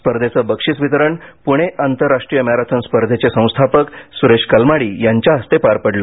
स्पर्धेचं बक्षिस वितरण पुणे आंतरराष्ट्रीय मॅरेथॉन स्पर्धेचे संस्थापक सुरेश कलमाडी यांच्या हस्ते पार पडले